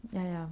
ya ya